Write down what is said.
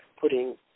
putting